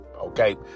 Okay